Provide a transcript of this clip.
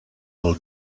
will